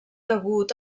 degut